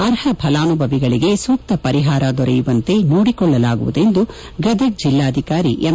ಅರ್ಹ ಫಲಾನುಭವಿಗಳಿಗೆ ಸೂಕ್ತ ಪರಿಹಾರ ದೊರಕುವಂತೆ ನೋಡಿಕೊಳ್ಳಲಾಗುವುದು ಎಂದು ಗದಗ್ ಜಿಲ್ಲಾಧಿಕಾರಿ ಎಂ